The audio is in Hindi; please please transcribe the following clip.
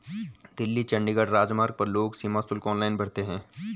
दिल्ली चंडीगढ़ राजमार्ग पर लोग सीमा शुल्क ऑनलाइन भरते हैं